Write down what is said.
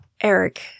Eric